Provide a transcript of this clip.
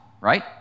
right